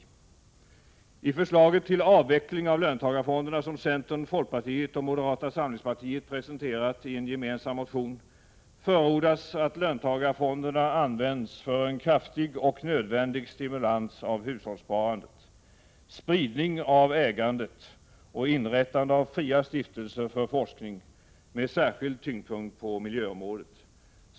I det förslag till avveckling av löntagarfonderna som centern, folkpartiet och moderata samlingspartiet har presenterat i en gemensam motion förordas att löntagarfonderna används för en kraftig och nödvändig stimulans av hushållssparandet, spridning av ägandet och inrättande av fria stiftelser för forskning med särskild tyngdpunkt på miljöområdet.